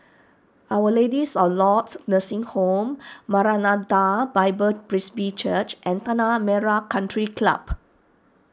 Our Ladies of Lourdes Nursing Home Maranatha Bible Presby Church and Tanah Merah Country Club